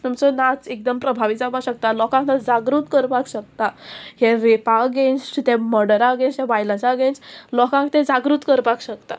तुमचो नाच एकदम प्रभावी जावपाक शकता लोकांक ती जागृत करपाक शकता हे रेपा अगेन्स्ट ते मर्डराक अगेन्स्ट ते वायलंसा गेन्स लोकांक ते जागृत करपाक शकता